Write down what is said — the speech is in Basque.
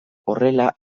horrela